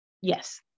Yes